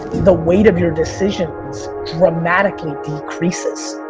the weight of your decisions dramatically decreases.